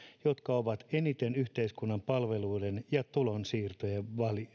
jotka ovat eniten yhteiskunnan palveluiden ja tulonsiirtojen